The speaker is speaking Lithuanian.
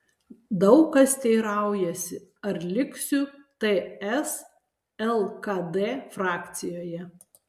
daug kas teiraujasi ar liksiu ts lkd frakcijoje